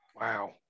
Wow